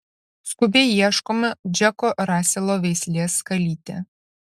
skubiai ieškoma džeko raselo veislės kalytė